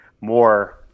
more